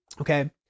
okay